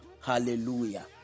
Hallelujah